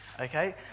Okay